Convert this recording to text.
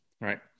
right